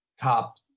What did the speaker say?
top